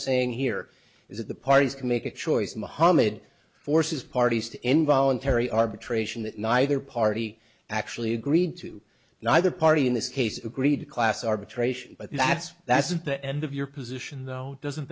saying here is that the parties can make a choice muhamad forces parties to involuntary arbitration that neither party actually agreed to neither party in this case agreed to class arbitration but that's that's the end of your position though doesn't